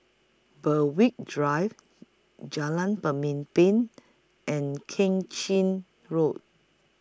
Berwick Drive Jalan Pemimpin and Keng Chin Road